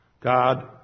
God